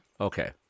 Okay